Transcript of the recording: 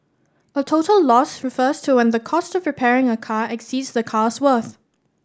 a total loss refers to when the cost of repairing a car exceeds the car's worth